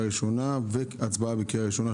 הראשונה והצבעה בקריאה הראשונה במליאה,